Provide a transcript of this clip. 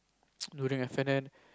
during F-and-N